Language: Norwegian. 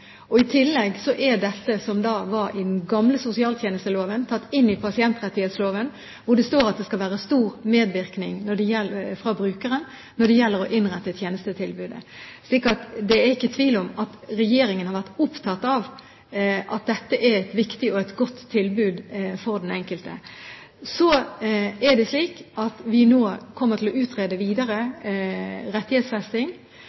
og gode tjenester – men én av pliktene er at de skal ha et tilbud om brukerstyrt personlig assistanse. Det er jo fordi regjeringen mener det er viktig. I tillegg er dette – som var i den gamle sosialtjenesteloven – tatt inn i pasientrettighetsloven, hvor det står at det skal være stor medvirkning fra brukeren når det gjelder å innrette tjenestetilbudene. Så det er ingen tvil om at regjeringen har vært opptatt av at dette er et viktig og et godt tilbud for den